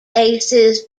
aces